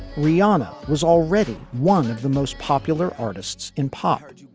riana was already one of the most popular artists in pop.